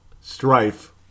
strife